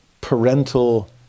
parental